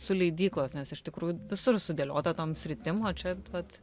su leidyklos nes iš tikrųjų visur sudėliota tom sritim o čia vat